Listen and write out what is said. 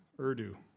Urdu